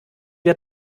wir